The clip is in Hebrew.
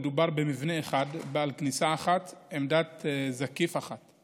מדובר במבנה אחד בעל כניסה אחת, עמדת זקיף אחת,